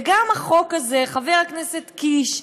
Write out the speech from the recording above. וגם החוק הזה, חבר הכנסת קיש,